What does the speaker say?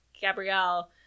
Gabrielle